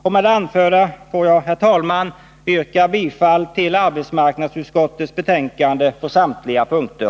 Med det anförda får jag, herr talman, yrka bifall till arbetsmarknadsutskottets betänkande på samtliga punkter.